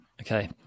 Okay